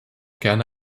gerne